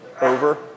over